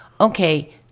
okay